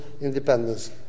independence